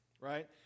right